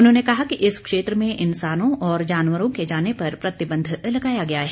उन्होंने कहा कि इस क्षेत्र में इनसानों और जानवरों के जाने पर प्रतिबंध लगाया गया है